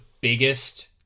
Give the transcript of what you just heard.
biggest